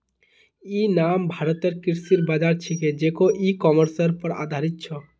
इ नाम भारतेर कृषि बाज़ार छिके जेको इ कॉमर्सेर पर आधारित छ